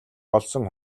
олсон